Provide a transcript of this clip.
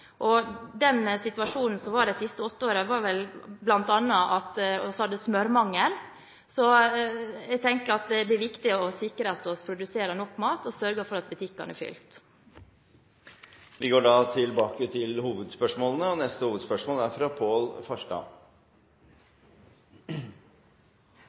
Situasjonen de siste åtte årene var vel bl.a. at vi hadde smørmangel. Jeg tenker at det er viktig å sikre at vi produserer nok mat og sørger for at butikkene er fylt. Vi går til neste hovedspørsmål. Mitt spørsmål går til